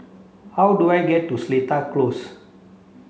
how do I get to Seletar Close